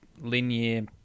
linear